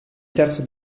terza